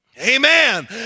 Amen